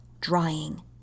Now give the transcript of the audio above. drying